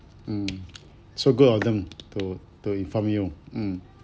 mm so good of them to to inform you mm